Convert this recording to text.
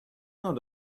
not